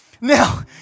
Now